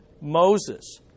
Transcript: Moses